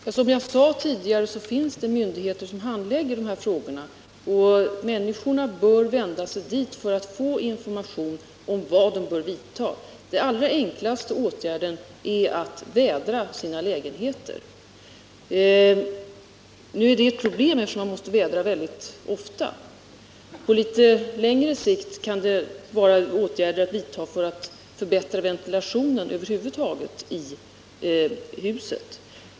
Herr talman! Som jag tidigare sade finns det myndigheter som handlägger dessa frågor. Människorna bör vända sig till dem för att få information om vilka åtgärder de bör vidta. Den allra enklaste åtgärden är att vädra lägenheten. Nu är det ett problem, eftersom man måste vädra mycket ofta. På litet längre sikt kan man vidta åtgärder för att förbättra ventilationen över huvud taget i huset.